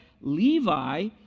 Levi